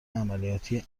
عملیاتی